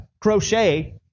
crochet